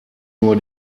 nur